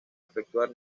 efectuar